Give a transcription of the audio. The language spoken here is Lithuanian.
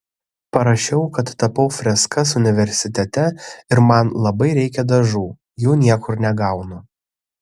parašiau kad tapau freskas universitete ir man labai reikia dažų jų niekur negaunu